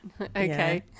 Okay